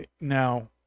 Now